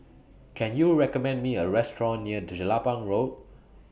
Can YOU recommend Me A Restaurant near Jelapang Road